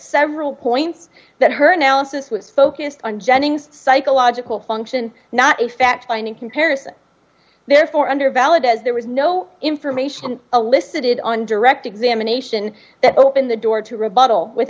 several points that her analysis was focused on jennings psychological function not a fact finding comparison therefore under valid as there was no information a listed on direct examination that opened the door to rebuttal with